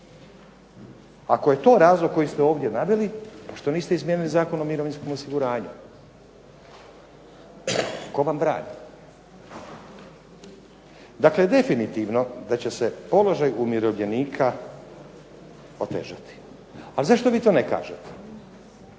Ako je to razlog koji se ovdje naveli zašto niste izmijenili Zakon o mirovinskom osiguranju? Tko vam brani. Dakle, definitivno da će se položaj umirovljenika otežati, ali zašto vi to ne kažete?